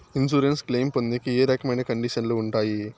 Insurance claim పొందేకి ఏ రకమైన కండిషన్లు ఉంటాయి?